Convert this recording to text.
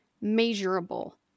measurable